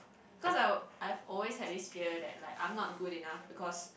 cause I I've always had this fear that like I'm not good enough because